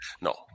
No